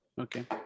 Okay